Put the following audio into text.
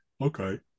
okay